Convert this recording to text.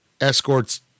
escorts